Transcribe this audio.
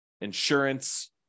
insurance